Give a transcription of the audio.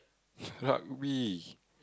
rugby